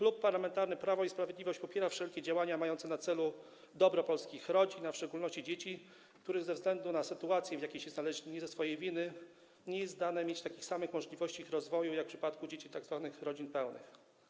Klub Parlamentarny Prawo i Sprawiedliwość popiera wszelkie działania mające na celu dobro polskich rodzin, a w szczególności dzieci, którym ze względu na sytuację, w jakiej się znalazły nie ze swojej winy, nie jest dane mieć takich samych możliwości rozwoju, jakie mają dzieci z tzw. rodzin pełnych.